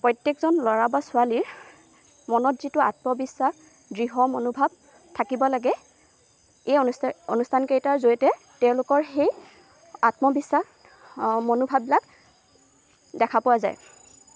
প্ৰত্যেকজন ল'ৰা বা ছোৱালীৰ মনত যিটো আত্মবিশ্বাস দৃঢ় মনোভাৱ থাকিব লাগে এই অনুষ্ঠানকেইটাৰ জৰিয়তে তেওঁলোকৰ সেই আত্মবিশ্বাস মনোভাৱবিলাক দেখা পোৱা যায়